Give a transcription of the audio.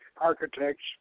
architects